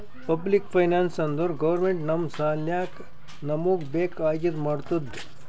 public finance ಅಂದುರ್ government ನಮ್ ಸಲ್ಯಾಕ್ ನಮೂಗ್ ಬೇಕ್ ಆಗಿದ ಮಾಡ್ತುದ್